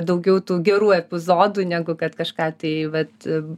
daugiau tų gerų epizodų negu kad kažką tai vat